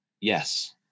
Yes